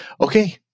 Okay